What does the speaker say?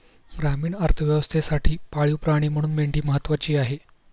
ग्रामीण अर्थव्यवस्थेसाठी पाळीव प्राणी म्हणून मेंढी महत्त्वाची आहे